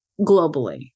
globally